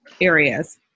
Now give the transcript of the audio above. areas